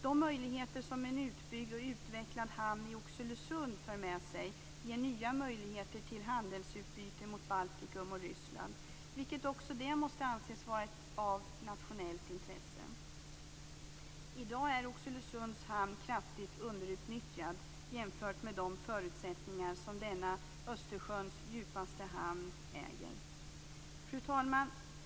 De möjligheter som en utbyggd och utvecklad hamn i Oxelösund för med sig ger nya möjligheter till handelsutbyte gentemot Baltikum och Ryssland, vilket också måste anses vara av nationellt intresse. I dag är Oxelösunds hamn kraftigt underutnyttjad jämfört med de förutsättningar som denna Östersjöns djupaste hamn har. Fru talman!